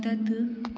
मदद